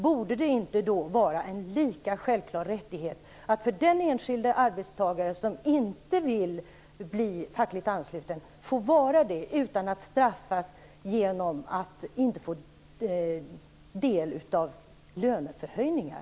Borde det då inte vara en lika självklar rättighet att för den enskilde arbetstagare som inte vill vara fackligt ansluten att slippa vara det, utan att straffas genom att inte få del av löneförhöjningar?